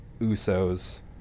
Usos